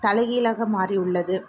தலைகீழாக மாறி உள்ளது